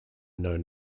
known